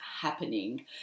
happening